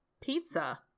Pizza